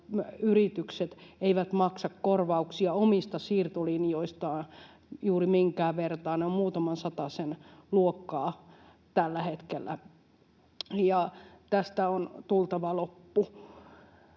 yritykset eivät maksa korvauksia omista siirtolinjoistaan juuri minkään vertaa — ne ovat muutaman satasen luokkaa tällä hetkellä — ja tästä on tultava loppu.